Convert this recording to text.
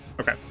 Okay